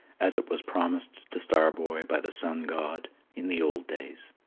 as it was promised to star-boy by the sun god in the old days.